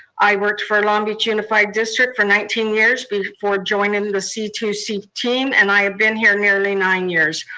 i worked for long beach unified district for nineteen years before joining the c two c team, and i have been here nearly nine years.